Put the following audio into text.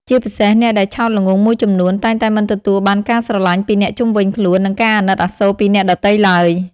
ជាពិសេសអ្នកដែលឆោតល្ងង់មួយចំនួន តែងតែមិនទទួលបានការស្រឡាញ់ពីអ្នកជុំវិញខ្លួន និងការអាណិតអាសូរពីអ្នកដទៃទ្បើយ។